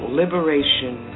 liberation